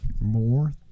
more